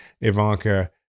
Ivanka